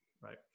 Right